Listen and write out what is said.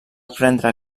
prendre